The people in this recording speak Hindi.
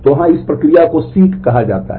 तो वहाँ इस प्रक्रिया को सीक कहा जाता है